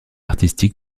artistique